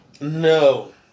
No